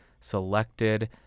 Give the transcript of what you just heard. selected